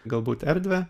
galbūt erdvę